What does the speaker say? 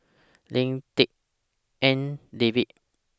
Lim Tik En David